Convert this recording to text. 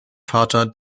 vater